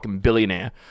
billionaire